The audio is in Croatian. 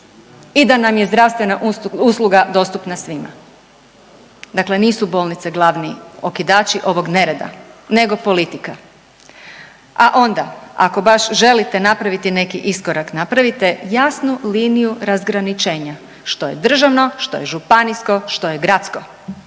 i da nam je zdravstvena usluga dostupna svima. Dakle, nisu bolnice glavni okidači ovog nereda, nego politika. A onda ako baš želite napraviti neki iskorak, napravite jasnu liniju razgraničenja što je državno, što je županijsko, što je gradsko